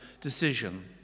decision